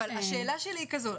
אבל השאלה שלי היא כזו,